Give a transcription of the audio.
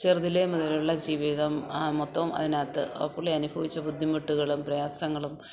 ചെറുതിലേ മുതലുള്ള ജീവിതം അ മൊത്തവും അതിനകത്ത് പുള്ളി അനുഭവിച്ച ബുദ്ധിമുട്ടുകളും പ്രയാസങ്ങളും